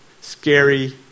scary